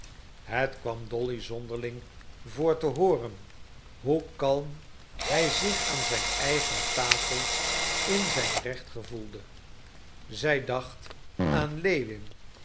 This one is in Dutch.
het kwam dolly zonderling voor te hooren hoe kalm hij zich aan zijn eigen tafel in zijn recht gevoelde zij dacht aan lewin